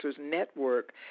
Network